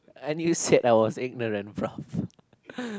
and you said I was ignorant bro